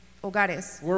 hogares